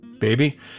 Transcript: baby